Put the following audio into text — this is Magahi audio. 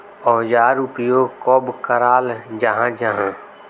औजार उपयोग कब कराल जाहा जाहा?